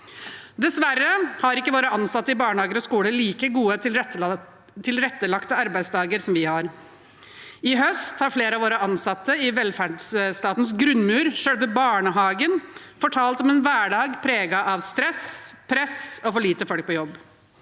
Dessverre har ikke våre ansatte i barnehager og skoler like gode, tilrettelagte arbeidsdager som vi har. I høst har flere av våre ansatte i velferdsstatens grunnmur, selve barnehagen, fortalt om en hverdag preget av stress, press og for lite folk på jobb.